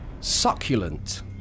Succulent